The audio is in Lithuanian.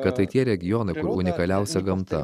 bet tai tie regionai kur unikaliausia gamta